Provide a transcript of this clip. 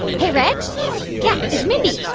hey, reg yeah, it's mindy